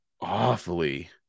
awfully